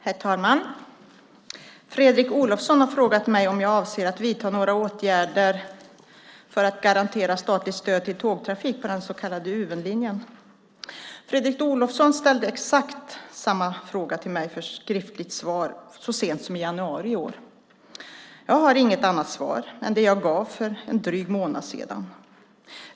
Herr talman! Fredrik Olovsson har frågat mig om jag avser att vidta några åtgärder för att garantera statligt stöd till tågtrafik på den så kallade Uvenlinjen. Fredrik Olovsson ställde exakt samma fråga till mig för skriftligt svar så sent som i januari i år. Jag har inget annat svar än det jag gav för en dryg månad sedan.